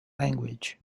language